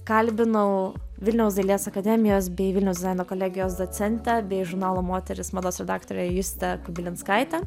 kalbinau vilniaus dailės akademijos bei vilniaus dizaino kolegijos docentę bei žurnalo moteris mados redaktorę justę kubilinskaitę